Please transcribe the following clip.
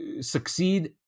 succeed